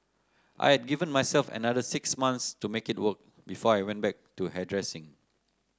I had given myself another six months to make it work before I went back to hairdressing